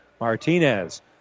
Martinez